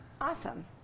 awesome